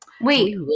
wait